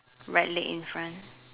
right leg in front